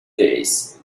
days